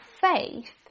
faith